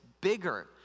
bigger